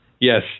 Yes